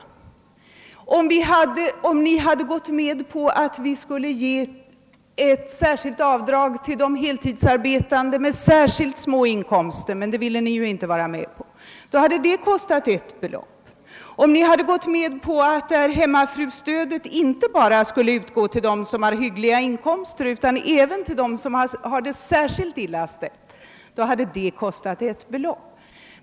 Eller tänk om ni hade gått med på ett särskilt avdrag för heltidsarbetande med särskilt små inkomster — som ni nu gick emot. Då hade det kostat en summa. Tänk vidare om ni hade gått med på förslaget att hemmafrustödet skulle utgå inte bara till dem som har hyggliga inkomster utan även till dem som har det särskilt illa ställt. Då hade det kostat en summa.